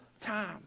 time